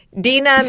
Dina